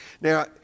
Now